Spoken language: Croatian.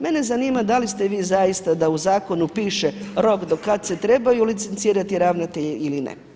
Mene zanima da li ste vi zaista, da u zakonu piše rok do kad se trebaju licencirati ravnatelji ili ne.